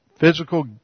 physical